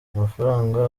amafaranga